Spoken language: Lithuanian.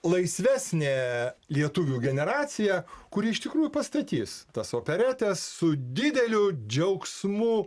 laisvesnė lietuvių generacija kuri iš tikrųjų pastatys tas operetes su dideliu džiaugsmu